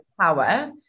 power